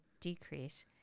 decrease